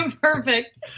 Perfect